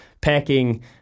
packing